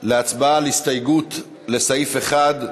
להצבעה על הסתייגות לסעיף 1,